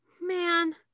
Man